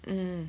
mm